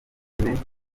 menshi